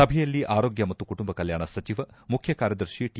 ಸಭೆಯಲ್ಲಿ ಆರೋಗ್ಯ ಮತ್ತು ಕುಟುಂಬ ಕಲ್ಯಾಣ ಸಚಿವ ಮುಖ್ಯ ಕಾರ್ಯದರ್ಶಿ ಟಿ